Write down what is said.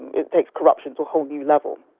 it takes corruption to a whole new level.